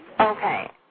Okay